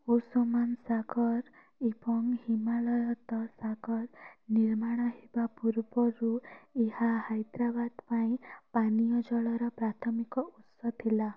Ousmane Sagar ଏବଂ Himayat Sagar ନିର୍ମାଣ ହେବା ପୂର୍ବରୁ ଏହା ହାଇଦ୍ରାବାଦ ପାଇଁ ପାନୀୟ ଜଳର ପ୍ରାଥମିକ ଉତ୍ସ ଥିଲା